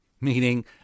meaning